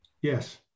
Yes